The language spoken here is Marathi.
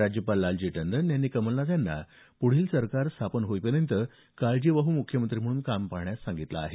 राज्यपाल लालजी टंडन यांनी कमलनाथ यांना पुढील सरकार स्थापन होईपर्यंत काळजीवाहू मुख्यमंत्री म्हणून काम पाहण्यास सांगितलं आहे